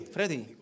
Freddy